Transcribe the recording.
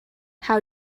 how